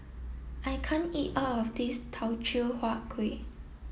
I can't eat all of this Teochew Huat Kueh